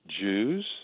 Jews